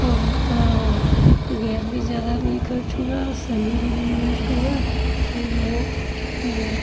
और उनका ओ गैस भी ज़्यादा नहीं खर्च हुआ और समय भी नहीं नष्ट हुआ कहीं ओ केहुँ और